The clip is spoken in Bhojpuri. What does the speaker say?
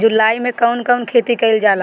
जुलाई मे कउन कउन खेती कईल जाला?